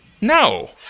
No